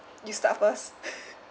you start first